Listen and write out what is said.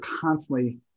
constantly